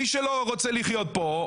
מי שלא רוצה לחיות פה,